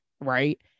right